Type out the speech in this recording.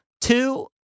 two